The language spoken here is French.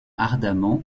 ardemment